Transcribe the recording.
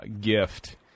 gift